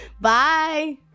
Bye